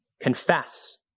Confess